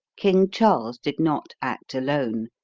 king charles did not act alone.